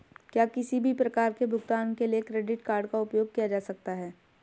क्या किसी भी प्रकार के भुगतान के लिए क्रेडिट कार्ड का उपयोग किया जा सकता है?